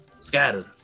scattered